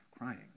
Crying